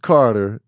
Carter